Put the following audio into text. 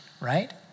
right